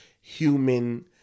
human